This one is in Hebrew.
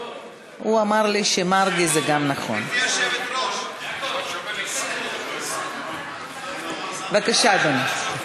גברתי היושבת-ראש, בבקשה, אדוני.